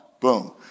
Boom